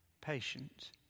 patient